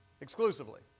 exclusively